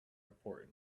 important